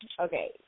Okay